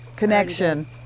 Connection